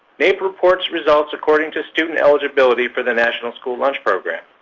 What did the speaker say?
naep reports results according to student eligibility for the national school lunch program.